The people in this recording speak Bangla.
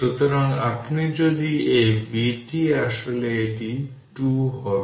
সুতরাং আপনি যদি এই vtআসলে এটা 2 হবে